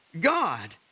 God